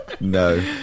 no